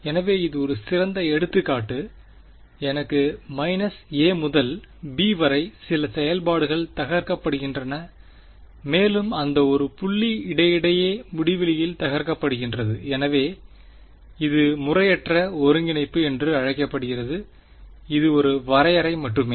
எனவே இது ஒரு சிறந்த எடுத்துக்காட்டு எனக்கு மைனஸ் a முதல் b வரை சில செயல்பாடுகள் தகர்க்கப்படுகின்றன மேலும் அங்கே ஒரு புள்ளி இடையிடையே முடிவிலியில் தகர்க்கப்படுகின்றது எனவே இது முறையற்ற ஒருங்கிணைப்பு என்று அழைக்கப்படுகிறது இது ஒரு வரையறை மட்டுமே